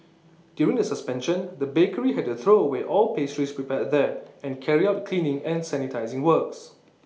during the suspension the bakery had to throw away all pastries prepared there and carry out cleaning and sanitising works